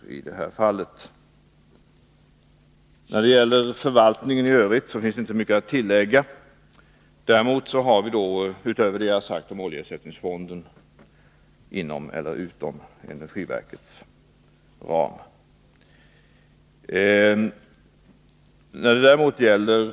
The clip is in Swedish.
När det gäller förvaltningen i övrigt finns det inte mycket att tillägga utöver det jag har sagt om oljeersättningsfonden.